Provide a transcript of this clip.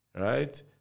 right